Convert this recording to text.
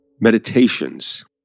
Meditations